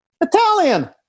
Italian